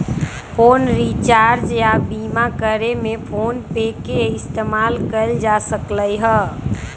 phone recharge या बीमा करे में फोनपे के इस्तेमाल कएल जा सकलई ह